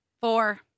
Four